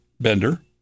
bender